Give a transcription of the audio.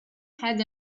had